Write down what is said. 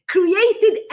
Created